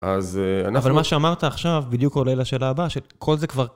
אז.. אבל מה שאמרת עכשיו, בדיוק עונה לשאלה הבאה, שכל זה כבר...